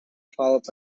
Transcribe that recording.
followed